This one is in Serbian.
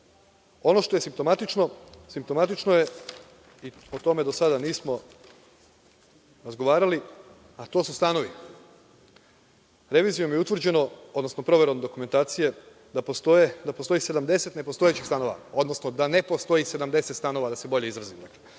što je simptomatično, simptomatično je i o tome do sada nismo razgovarali, a to su stanovi. Revizijom je utvrđeno, odnosno proverom dokumentacije, da postoji 70 nepostojećih stanova, odnosno da ne postoji 70 stanova, da se bolje izrazim.